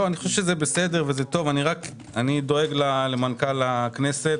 אני רק דואג למנכ"ל הכנסת